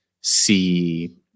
see